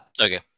Okay